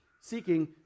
seeking